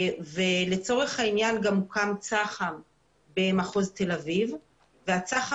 לצורך העניין גם הוקם צח"מ במחוז תל אביב שמרכז